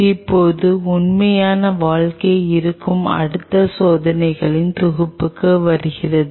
இப்போது உண்மையான வாழ்க்கை இருக்கும் அடுத்த சோதனைகளின் தொகுப்பு வருகிறது